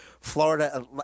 Florida